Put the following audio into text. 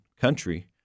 country